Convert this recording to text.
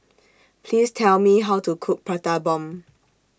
Please Tell Me How to Cook Prata Bomb